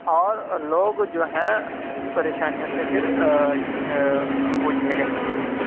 اور لوگ جو ہیں ان پریشانیوں سے پھر وہ جھیلیں گے